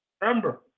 remember